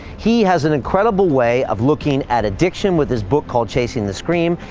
he has an incredible way of looking at addiction with his book called chasing the scream,